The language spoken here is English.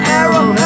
arrow